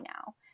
now